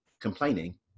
complaining